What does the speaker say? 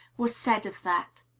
was said of that.